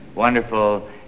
wonderful